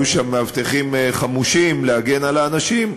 שם מאבטחים חמושים להגן על האנשים,